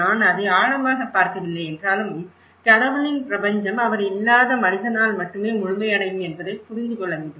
நான் அதை ஆழமாகப் பார்க்கவில்லை என்றாலும் கடவுளின் பிரபஞ்சம் அவர் இல்லாத மனிதனால் மட்டுமே முழுமை அடையும் என்பதை புரிந்து கொள்ள வேண்டும்